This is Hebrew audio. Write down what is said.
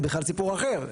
זה בכלל סיפור אחר,